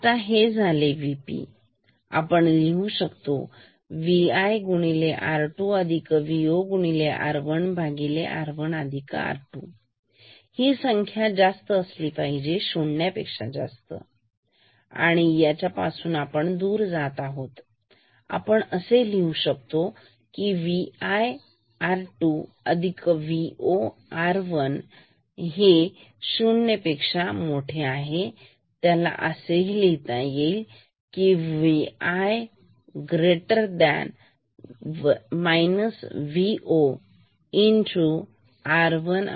आता हे आहे VP आता आपण लिहू Vi R2Vo R1R1R2 जास्त असली पाहिजे शून्य पेक्षा आणि ह्या पासून आपण दूर जात आहोत तर आपण असे लिहू शकतो की Vi R2 VoR10 यालाच आपण लिहू शकतो Vi Vo R1R2